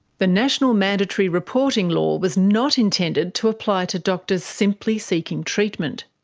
the national mandatory reporting law was not intended to apply to doctors simply seeking treatment.